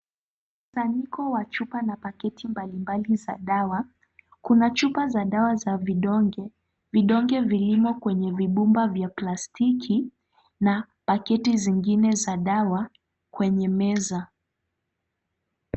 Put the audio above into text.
Mkusanyiko wa chupa na pakiti mbalimbali za dawa. Kuna chupa za dawa za vidonge, vidonge vilimo kwenye vibumba vya plastiki na pakiti zingine za dawa kwenye meza.